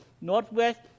northwest